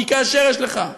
כי כאשר יש לך שר,